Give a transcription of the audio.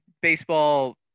baseball